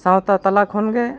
ᱥᱟᱶᱛᱟ ᱛᱟᱞᱟ ᱠᱷᱚᱱ ᱜᱮ